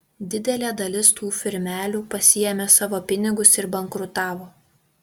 didelė dalis tų firmelių pasiėmė savo pinigus ir bankrutavo